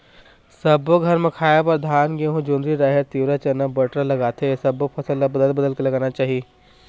सब्बो घर म खाए बर धान, गहूँ, जोंधरी, राहेर, तिंवरा, चना, बटरा लागथे ए सब्बो फसल ल बदल बदल के लगाना चाही